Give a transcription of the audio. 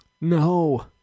No